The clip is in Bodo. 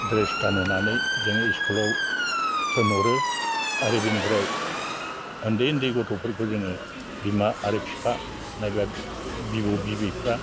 द्रेस गानहोनानै जों इस्कुलआव थोनहरो आरो बिनिफ्राय उन्दै उन्दै गथ'फोरखौ जोङो बिमा आरो बिफा नायबा बिबौ बिबैफ्रा